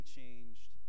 changed